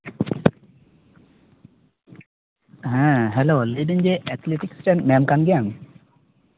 ᱦᱮᱸ ᱦᱮᱞᱳ ᱞᱟᱹᱭᱫᱟᱹᱧ ᱡᱮ ᱮᱛᱷᱮᱞᱤᱴᱤᱠᱥ ᱨᱮᱱ ᱢᱮᱢ ᱠᱟᱱ ᱜᱮᱭᱟᱢ